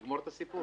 לגמור את הסיפור.